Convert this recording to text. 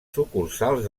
sucursals